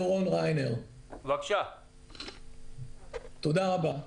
תודה רבה.